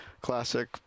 classic